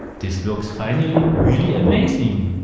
this works finally really amazing.